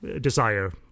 desire